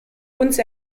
uns